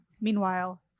Meanwhile